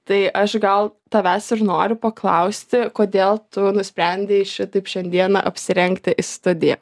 tai aš gal tavęs ir noriu paklausti kodėl tu nusprendei šitaip šiandieną apsirengti į studiją